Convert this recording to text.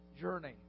journey